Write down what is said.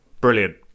Brilliant